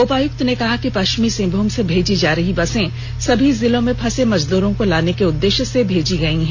उपायुक्त ने कहा कि पश्चिमी सिंहभूम से भेजी जा रही बसे सभी जिलों के फसे मजदूरों को लाने के उद्देश्य से भेजी जा रही है